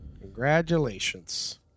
Congratulations